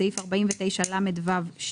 בסעיף 49לו2